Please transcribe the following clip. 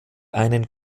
einen